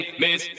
miss